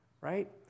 right